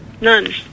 None